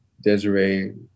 Desiree